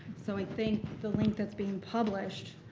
so i think the link that's being published